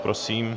Prosím.